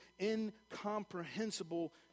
incomprehensible